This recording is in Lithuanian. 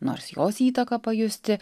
nors jos įtaką pajusti